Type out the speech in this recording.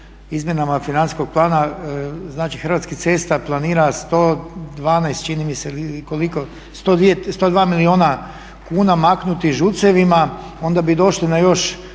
izmjenama financijskog plana Hrvatskih cesta planira 102 milijuna kuna maknuti ŽUC-evima onda bi došli na još